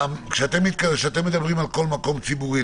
כשאתם מדברים על כל מקום ציבורי,